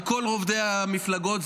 על כל רובדי המפלגות,